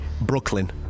Brooklyn